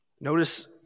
Notice